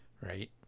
right